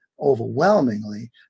overwhelmingly